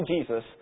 Jesus